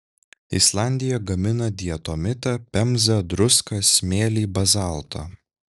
islandija gamina diatomitą pemzą druską smėlį bazaltą